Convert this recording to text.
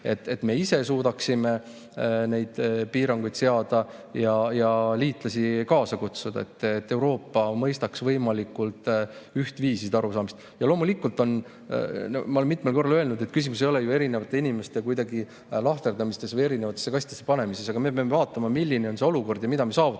et me ise suudaksime neid piiranguid seada ja liitlasi kaasa kutsuda, et Euroopa mõistaks võimalikult ühtviisi seda arusaamist. Ja loomulikult, nagu ma olen mitmel korral öelnud, küsimus ei ole ju erinevate inimeste lahterdamises või eri kastidesse panemises. Aga me peame vaatama, milline on see olukord ja mida me saavutada